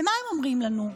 מה הם אומרים לנו?